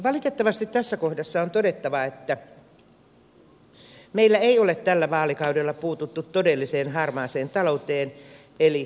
valitettavasti tässä kohdassa on todettava että meillä ei ole tällä vaalikaudella puututtu todelliseen harmaaseen talouteen eli konserniavustuksiin